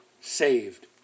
saved